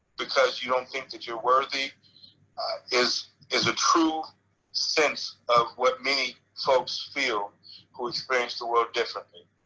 because you don't think that you're worthy is is a true sense of what many folks feel who experience the world differently.